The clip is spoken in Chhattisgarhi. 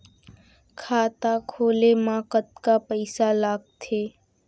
खाता खोले मा कतका पइसा लागथे?